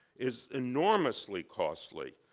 is enormously costly.